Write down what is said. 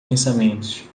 pensamentos